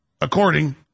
according